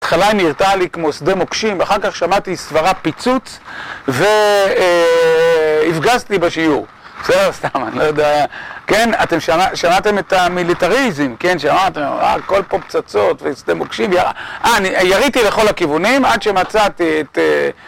התחלה היא נראתה לי כמו שדה מוקשים, ואחר כך שמעתי סברה פיצוץ, והפגזתי בשיעור. בסדר, סתם, אני לא יודע, כן, אתם שמעתם את המיליטריזם, כן, שאמרתם, הכל פה פצצות, ושדה מוקשים, יאללה. אה, אני יריתי לכל הכיוונים, עד שמצאתי את...